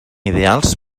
ideals